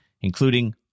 including